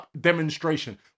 demonstration